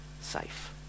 safe